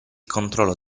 controllo